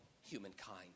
humankind